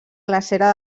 glacera